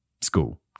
school